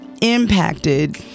impacted